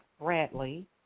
bradley